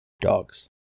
Dogs